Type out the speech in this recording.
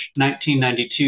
1992